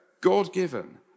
God-given